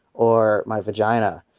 or my! vagina.